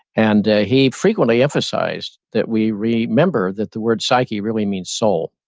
and he frequently emphasized that we remember that the word psyche really means soul.